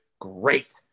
great